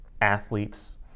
athletes